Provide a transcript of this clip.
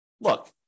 look